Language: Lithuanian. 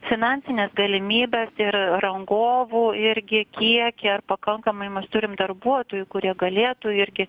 finansines galimybes ir rangovų irgi kiekį ar pakankamai mes turim darbuotojų kurie galėtų irgi